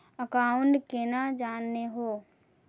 Account केना जाननेहव?